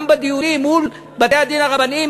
גם בדיונים מול בתי-הדין הרבניים,